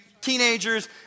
teenagers